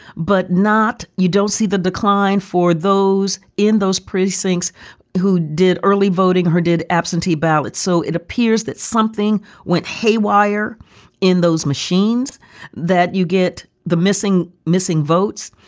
but not you don't see the decline for those in those precincts who did early voting, who did absentee ballots. so it appears that something went haywire in those machines that you get the missing missing votes.